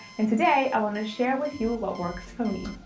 and today i want to share with you what works for me.